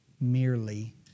merely